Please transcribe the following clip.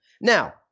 Now